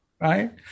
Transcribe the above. right